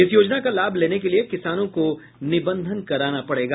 इस योजना का लाभ लेने के लिये किसानों को निबंधन कराना पड़ेगा